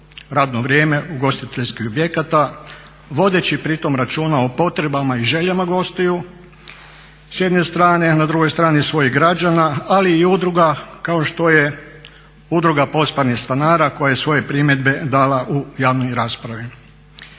radno vrijeme ugostiteljskih objekata vodeći pri tome računa o potrebama i željama gostiju s jedne strane, a na drugoj strani svojih građana, ali i udruga kao što je Udruga Pospanih stanara koje je svoje primjedbe dala u javnoj raspravi.